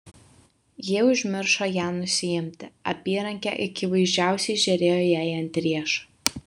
ji užmiršo ją nusiimti apyrankė akivaizdžiausiai žėrėjo jai ant riešo